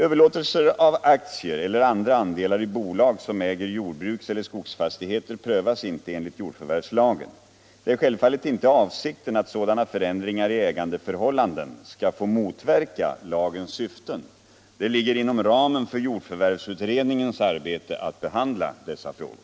Överlåtelser av aktier eller andra andelar i bolag som äger jordbrukseller skogsfastigheter prövas inte enligt jordförvärvslagen. Det är självfallet inte avsikten att sådana förändringar i ägandeförhållanden skall få motverka lagens syften. Det ligger inom ramen för jordförvärvsutredningens arbete att behandla dessa frågor.